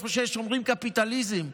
איפה שאומרים שיש קפיטליזם,